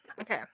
Okay